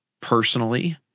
personally